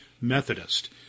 Methodist